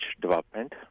development